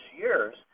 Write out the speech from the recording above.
years